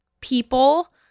people